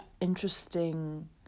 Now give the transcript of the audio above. interesting